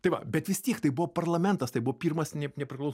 tai va bet vis tiek tai buvo parlamentas tai buvo pirmas